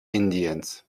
indiens